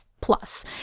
plus